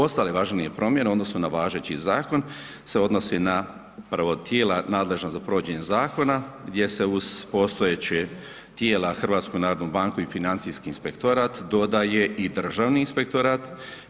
Ostale važnije promjene u odnosu na važeći zakon se odnose na prvo tijela nadležna za provođenje zakona gdje se uz postojeće tijela HNB i Financijski inspektorat dodaje i Državni inspektorat.